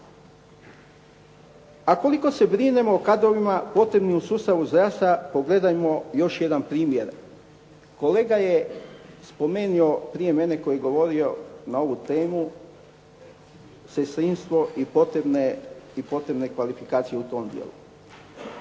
A koliko se brinemo o kadrovima potrebnim u sustavu zdravstva pogledajmo još jedan primjer. Kolega je spomenuo prije mene koji je govorio na ovu temu sestrinstvo i potrebne kvalifikacije u tom dijelu.